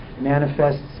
manifests